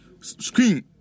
screen